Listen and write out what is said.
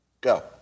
Go